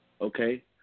okay